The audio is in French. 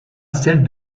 celle